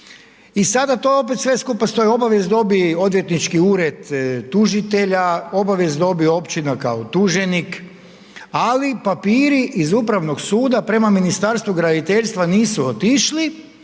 i sada to opet sve skupa stoji, obavijest dobi odvjetnički ured tužitelja, obavijest dobije Općina kao tuženik, ali papiri iz Upravnog suda prema Ministarstvu graditeljstva nisu otišli